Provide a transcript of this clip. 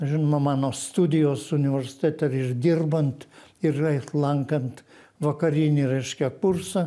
žinoma mano studijos universitete ir dirbant ir eit lankant vakarinį reiškia kursą